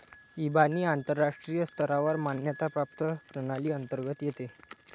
इबानी आंतरराष्ट्रीय स्तरावर मान्यता प्राप्त प्रणाली अंतर्गत येते